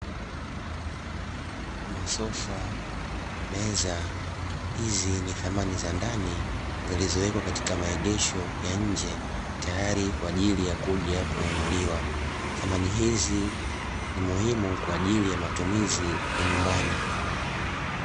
Sofa na eneo maalumu kwaajili yakuja kununuliwa